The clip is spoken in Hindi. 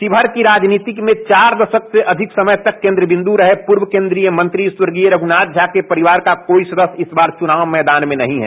शिवहर की राजनीति में चार दशक से अधिक समय तक केन्द्र बिंदु रहे पूर्व केन्द्रीय मंत्री स्वर्गीय रघुनाथ झा के परिवार का कोई सदस्य इसबार चुनाव मैदान में नहीं है